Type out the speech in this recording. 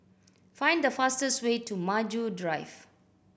find the fastest way to Maju Drive